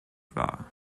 war